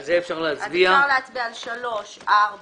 אפשר להצביע על סעיף 3, 4,